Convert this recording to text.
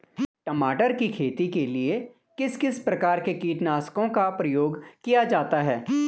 टमाटर की खेती के लिए किस किस प्रकार के कीटनाशकों का प्रयोग किया जाता है?